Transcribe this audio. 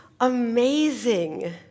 amazing